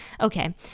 Okay